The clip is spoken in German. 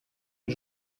ihn